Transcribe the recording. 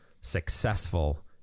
successful